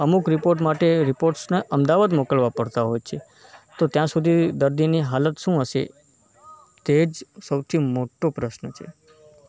અમુક રિપોર્ટ માટે રિપોર્ટ્સને અમદાવાદ મોકલવા પડતા હોય છે તો ત્યાં સુધી દર્દીની હાલત શું હશે તે જ સૌથી મોટો પ્રશ્ન છે